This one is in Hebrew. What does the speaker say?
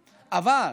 בטיחות, אבל